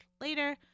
later